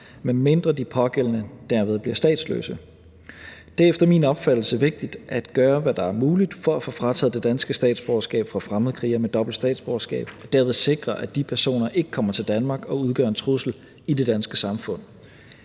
medmindre de pågældende derved bliver statsløse. Det er efter min opfattelse vigtigt at gøre, hvad der er muligt for at få taget det danske statsborgerskab fra fremmedkrigere med dobbelt statsborgerskab og derved sikre, at de personer ikke kommer til Danmark og udgør en trussel i det danske samfund.